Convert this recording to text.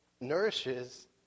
nourishes